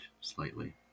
slightly